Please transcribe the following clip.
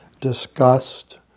disgust